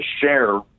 share